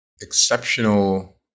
exceptional